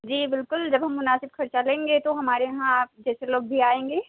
جی بالکل جب ہم مناسب خرچہ لیں گے تو ہمارے یہاں آپ جیسے لوگ بھی آئیں گے